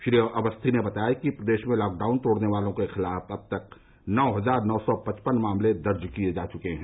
श्री अवस्थी ने बताया कि प्रदेश में लॉकडाउन तोड़ने वालों के खिलाफ अब तक नौ हजार नौ सौ पचपन मामले दर्ज किये जा चुके हैं